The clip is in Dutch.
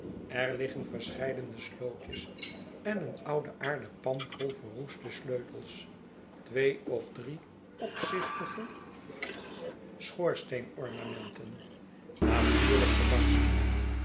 er liggen verscheidene slootjes en een oude aarden pan vol verroeste sleutels twee of drie opzichtige schoorsteenornamenten natuurl'yk gebarsten